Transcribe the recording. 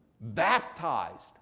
baptized